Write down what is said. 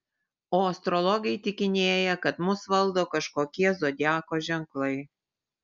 o astrologai įtikinėja kad mus valdo kažkokie zodiako ženklai